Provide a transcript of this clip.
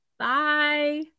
Bye